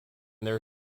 their